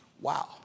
Wow